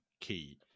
key